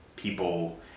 People